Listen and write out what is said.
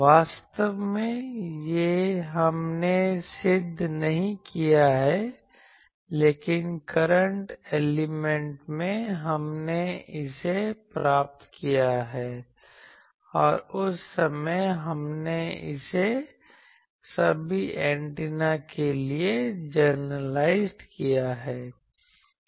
वास्तव में यह हमने सिद्ध नहीं किया है लेकिन करंट एलिमेंट में हमने इसे प्राप्त किया है और उस समय हमने इसे सभी एंटेना के लिए जनरलाइज्ड किया है